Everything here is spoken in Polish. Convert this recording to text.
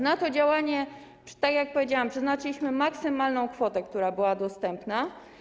Na to działanie, tak jak powiedziałam, przeznaczyliśmy maksymalną kwotę, która była dostępna.